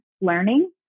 learning